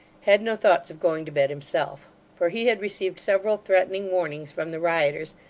had no thoughts of going to bed himself, for he had received several threatening warnings from the rioters,